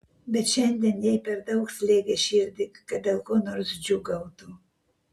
bet šiandien jai per daug slėgė širdį kad dėl ko nors džiūgautų